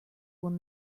will